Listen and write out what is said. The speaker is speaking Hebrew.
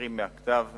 נותן כמה שניות אחרי כן,